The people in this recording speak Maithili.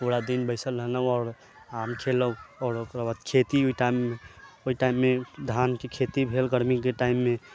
पूरा दिन बैसल रहलहुॅं आओर आम खेलहुॅं आओर ओकरा बाद खेती ओहि टाइम मे धान के खेती भेल गरमी के टाइम मे